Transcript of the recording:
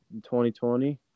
2020